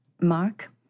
Mark